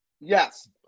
Yes